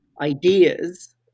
ideas